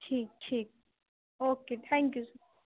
ٹھیک ٹھیک okay thank you sir